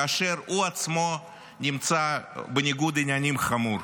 כאשר הוא עצמו נמצא בניגוד עניינים חמור.